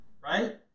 right